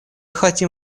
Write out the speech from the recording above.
хотим